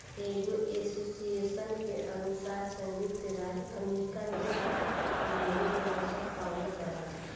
एगो एसोसिएशन के अनुसार संयुक्त राज्य अमेरिका में सात डेयरी के नस्ल पावल जाला